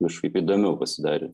kažkaip įdomiau pasidarė